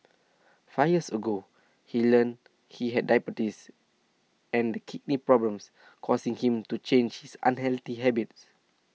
five years ago he learnt he had diabetes and kidney problems causing him to change his unhealthy habits